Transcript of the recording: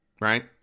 Right